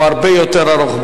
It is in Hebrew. הוא הרבה יותר ארוך.